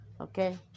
Okay